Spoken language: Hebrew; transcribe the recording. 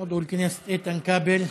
חבר הכנסת איתן כבל.